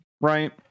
right